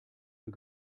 für